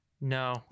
No